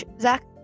Zach